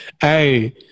Hey